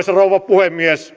puhemies